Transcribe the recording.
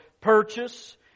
purchase